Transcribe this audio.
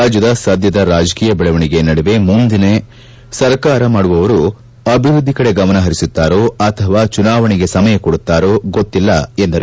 ರಾಜ್ಯದ ಸದ್ದದ ರಾಜಕೀಯ ಬೆಳವಣೆಗೆಯ ನಡುವೆ ಮುಂದೆ ಸರ್ಕಾರ ಮಾಡುವವರು ಅಭಿವೃದ್ದಿ ಕಡೆ ಗಮನಹರಿಸುತ್ತಾರೋ ಅಥವಾ ಚುನಾವಣೆಗೆ ಸಮಯ ಕೊಡುತ್ತಾರೋ ಗೊತ್ತಿಲ್ಲ ಎಂದರು